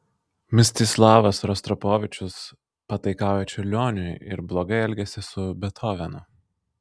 mstislavas rostropovičius pataikauja čiurlioniui ir blogai elgiasi su bethovenu